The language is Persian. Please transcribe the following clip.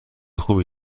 خوبی